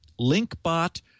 LinkBot